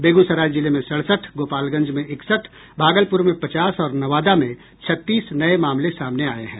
बेगूसराय जिले में सड़सठ गोपालगंज में इकसठ भागलपुर में पचास और नवादा में छत्तीस नये मामले सामने आये हैं